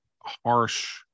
harsh